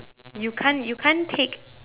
you can't you can't take